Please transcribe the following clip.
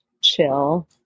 chill